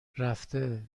رفته